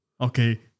Okay